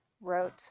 wrote